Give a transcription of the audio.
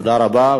תודה רבה.